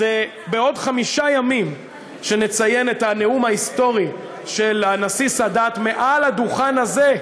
בעוד חמישה ימים נציין את הנאום ההיסטורי של הנשיא סאדאת מעל הדוכן הזה.